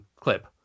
clip